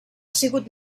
sigut